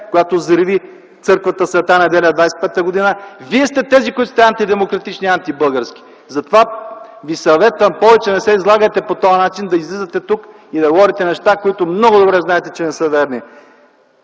която взриви църквата „Св. Неделя” в 1925 г. Вие сте тези, които сте антидемократични и антибългарски. Затова Ви съветвам: повече не се излагайте по този начин да излизате тук и да говорите неща, които много добре знаете, че не са верни.